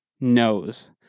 knows